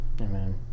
Amen